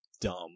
dumb